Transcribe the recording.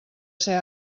ser